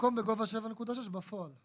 במקום בגובה 7.6 בפועל.